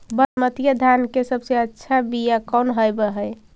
बसमतिया धान के सबसे अच्छा बीया कौन हौब हैं?